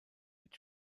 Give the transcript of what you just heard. mit